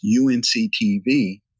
UNCTV